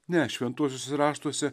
nes šventuosiuose raštuose